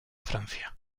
francia